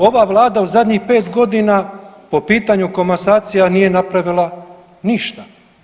Ova vlada u zadnjih 5 godina po pitanju komasacija nije napravila ništa.